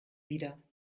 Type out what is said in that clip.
wieder